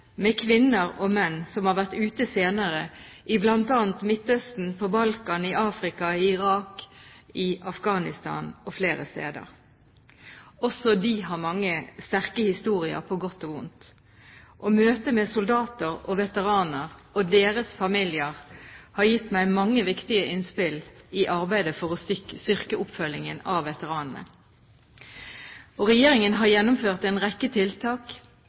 med kvinner og menn som har vært ute senere, bl.a. i Midtøsten, på Balkan, i Afrika, i Irak, i Afghanistan og flere steder. Også de har mange sterke historier, på godt og vondt. Møter med soldater og veteraner og deres familier har gitt meg mange viktige innspill i arbeidet for å styrke oppfølgingen av veteranene. Regjeringen har gjennomført en rekke tiltak.